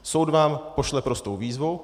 Soud vám pošle prostou výzvu.